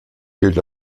gilt